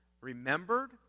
remembered